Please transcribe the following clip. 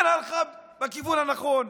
כן הלכה בכיוון הנכון.